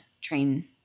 train